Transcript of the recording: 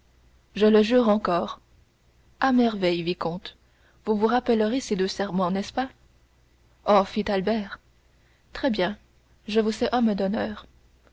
je le jure encore à merveille vicomte vous vous rappellerez ces deux serments n'est-ce pas oh fit albert très bien je vous sais homme d'honneur